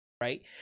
right